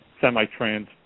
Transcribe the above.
semi-trans